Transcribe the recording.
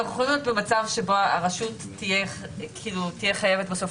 אנחנו יכולים להיות במצב שהרשות תהיה חייבת בסוף